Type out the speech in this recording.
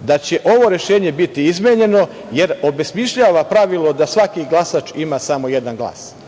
da će ovo rešenje biti izmenjeno, jer obesmišljava pravilo da svaki glasač ima samo jedan glas. Danas